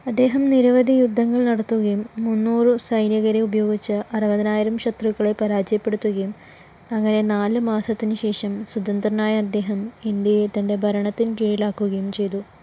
അദ്ദേഹം നിരവധി യുദ്ധങ്ങൾ നടത്തുകയും മുന്നൂറ് സൈനികരെ ഉപയോഗിച്ച് അറുപതിനായിരം ശത്രുക്കളെ പരാജയപ്പെടുത്തുകയും അങ്ങനെ നാല് മാസത്തിന് ശേഷം സ്വതന്ത്രനായ അദ്ദേഹം ഇന്ത്യയെ തന്റെ ഭരണത്തിൻ കീഴിലാക്കുകയും ചെയ്തു